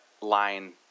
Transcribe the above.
line